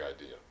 idea